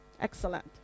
Excellent